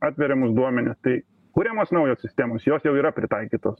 atveriamus duomenis tai kuriamos naujos sistemos jos jau yra pritaikytos